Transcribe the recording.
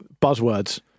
buzzwords